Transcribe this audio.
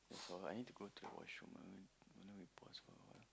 that's all I need to go to the washroom a moment why don't we pause for a while